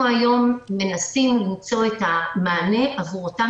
אנחנו היום מנסים למצוא את המענה עבור אותם